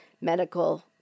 medical